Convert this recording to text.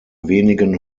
wenigen